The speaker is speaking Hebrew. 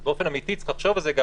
אז באופן אמיתי צריך לחשוב על זה,